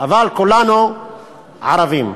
אבל כולנו ערבים.